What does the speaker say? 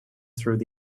through